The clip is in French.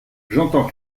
j’entends